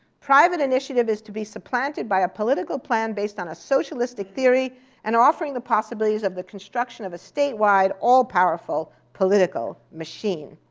private initiative is to be supplanted by a political plan based on a socialistic theory and offering the possibilities of the construction of a statewide all-powerful political machine.